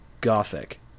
Gothic